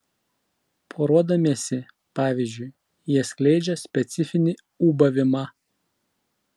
poruodamiesi pavyzdžiui jie skleidžia specifinį ūbavimą